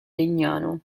legnano